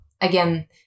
again